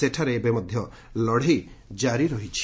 ସେଠାରେ ଏବେ ମଧ୍ୟ ଲଢ଼େଇ କାରି ରହିଛି